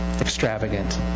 extravagant